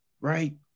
right